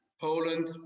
Poland